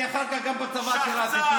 אתה משורר ענק.